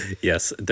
Yes